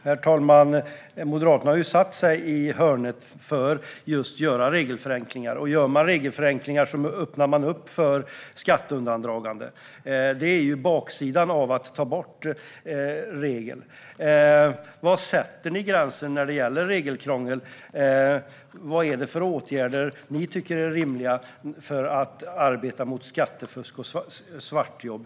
Herr talman! Moderaterna har satt sig i hörnet när det gäller att göra regelförenklingar. Om man gör förenklingar öppnar man upp för skatteundandragande. Detta är baksidan av att man tar bort regler. Var sätter ni gränsen för regelkrångel? Vilka åtgärder tycker ni är rimliga om man ska arbeta mot skattefusk och svartjobb?